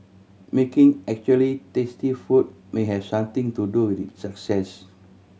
making actually tasty food may have something to do with its success